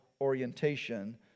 orientation